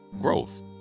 growth